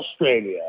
Australia